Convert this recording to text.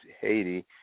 Haiti